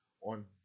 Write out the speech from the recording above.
on